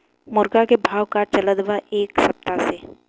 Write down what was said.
मुर्गा के भाव का चलत बा एक सप्ताह से?